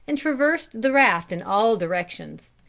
and traversed the raft in all directions.